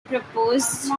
proposed